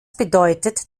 bedeutet